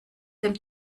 dem